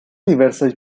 diversaj